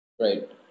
Right